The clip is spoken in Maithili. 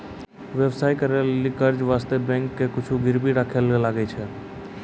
व्यवसाय करै लेली कर्जा बासतें बैंको के कुछु गरीबी राखै ले लागै छै